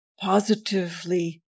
positively